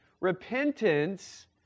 Repentance